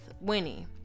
Winnie